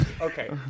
Okay